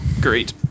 great